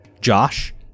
Josh